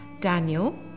Daniel